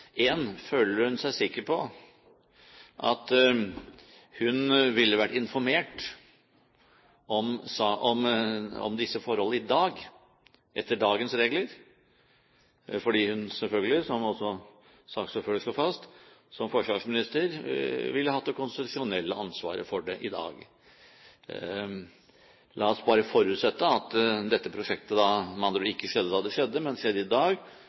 Føler hun seg sikker på at hun ville vært informert om disse forhold i dag, etter dagens regler, fordi hun, som også saksordføreren slo fast, som forsvarsminister selvfølgelig ville hatt det konstitusjonelle ansvaret for det i dag? La oss bare forutsette at dette prosjektet med andre ord ikke skjedde da det skjedde, men skjedde i dag